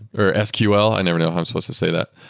or sql. i never know how i'm supposed to say that.